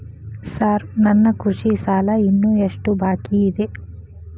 Sir ನನ್ನ ಕೃಷಿ ಸಾಲ ಇನ್ನು ಎಷ್ಟು ಬಾಕಿಯಿದೆ?